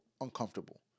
uncomfortable